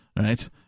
Right